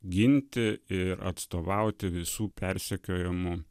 ginti ir atstovauti visų persekiojamų